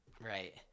Right